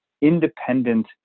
independent